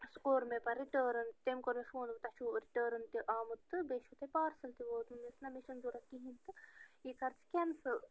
سُہ کوٚر مےٚ پتہٕ رِٹٲرٕن تٔمۍ کوٚر مےٚ فون دوٚپُن تۄہہِ چھُو رِٹٲرٕن تہِ آمُت تہِ بیٚیہِ چھُو تۄہہِ پارسل تہِ ووتمُت مےٚ ووٚنُس نا مےٚ چھنہٕ ضوٚرَتھ کِہیٖنۍ تہٕ یہِ کر ژٕ کٮ۪نسٕل